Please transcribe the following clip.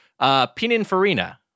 Pininfarina